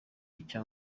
icya